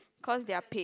cause they are paid